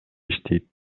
иштейт